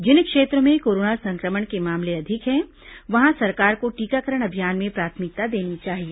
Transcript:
जिन क्षेत्रों में कोरोना संक्रमण के मामले अधिक है वहां सरकार को टीकाकरण अभियान में प्राथमिकता देनी चाहिए